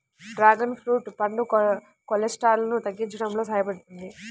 dragon fruit పండు కొలెస్ట్రాల్ను తగ్గించడంలో సహాయపడుతుంది